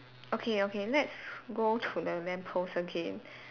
okay okay let's go to the lamppost again